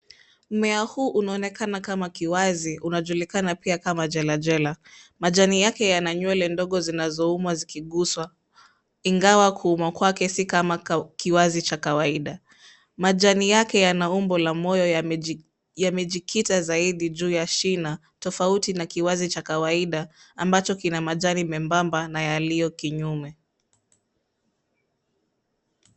Mmea huu unaonekana kama kiwazi, unajulikana pia kama jelajela. Majani yake yana nywele ndogo zinazouma zikiguswa, ingawa kuuma kwake si kama kiwazi cha kawaida. Majani yake yana umbo la moyo, yamejikita zaidi juu ya shina, tofauti na kiwazi cha kawaida ambacho kina majani membamba na yaliyo kinyume.